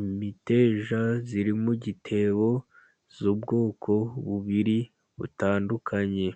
Imiteja iri mu gitebo y'ubwoko bubiri butandukanye;